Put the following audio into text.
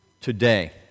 today